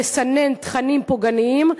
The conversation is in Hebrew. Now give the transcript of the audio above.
לסנן תכנים פוגעניים.